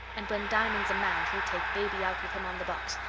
and when diamond's a man, he'll take baby out with him on the box,